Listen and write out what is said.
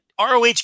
ROH